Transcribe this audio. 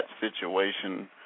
situation